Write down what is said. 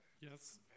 yes